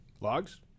Logs